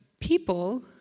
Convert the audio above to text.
people